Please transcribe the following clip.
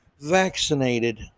vaccinated